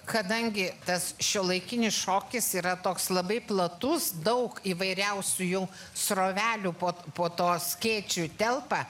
kadangi tas šiuolaikinis šokis yra toks labai platus daug įvairiausių jų srovelių po po tuos skėčiu telpa